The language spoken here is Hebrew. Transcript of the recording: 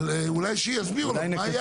אבל אולי שיסביר מה היה פה.